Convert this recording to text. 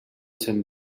gent